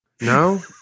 no